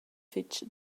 fich